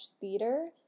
theater